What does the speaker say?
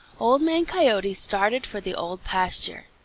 old man coyote started for the old pasture,